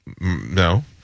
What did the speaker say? no